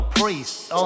priests